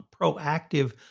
proactive